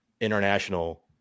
international